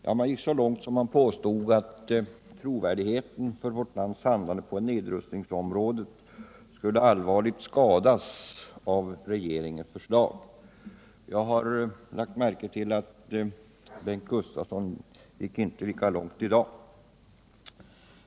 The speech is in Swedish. Ja, man gick så långt att man påstod att trovärdigheten för vårt lands handlande på nedrustningsområdet skulle allvarligt skadas av regeringens förslag. Jag har lagt märke till att Bengt Gustavsson i dag inte gick lika långt.